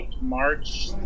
March